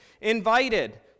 invited